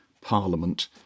Parliament